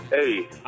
hey